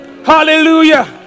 Hallelujah